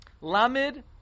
Lamed